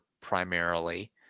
primarily